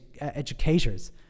educators